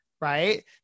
right